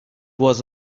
was